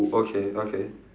okay okay